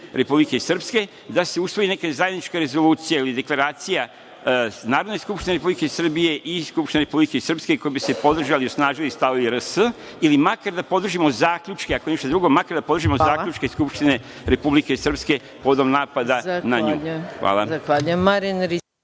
Republike Srpske, da se usvoji neka zajednička rezolucija, ili deklaracija od strane Skupštine Republike Srbije i Skupštine Republike Srpske kojom bi se podržali i osnažili stavovi RS, ili makar da podržimo zaključke, ako ništa drugo da podržimo zaključke Skupštine Republike Srpske povodom napada na njih? **Maja